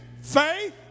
faith